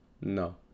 no